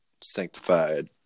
sanctified